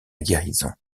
guérison